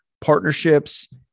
partnerships